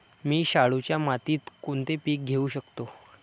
मी शाडूच्या मातीत कोणते पीक घेवू शकतो?